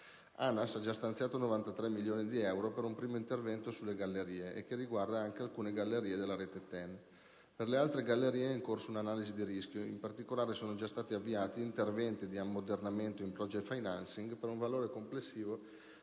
L'ANAS ha già stanziato 93 milioni di euro per un primo intervento sulle gallerie, che riguarda anche alcune gallerie della rete TEN. Per le altre gallerie è in corso un'analisi di rischio; in particolare, sono già stati avviati interventi di ammodernamento in *project financing* per un valore complessivo